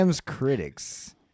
critics